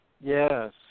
Yes